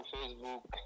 Facebook